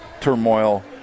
turmoil